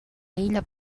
illa